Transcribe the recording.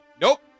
Nope